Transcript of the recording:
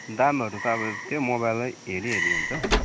दामहरू त अब त्यो मोबाइलै हेरिहेरि हुन्छ